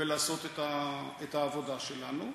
ולעשות את העבודה שלנו.